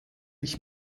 ich